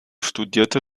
studierte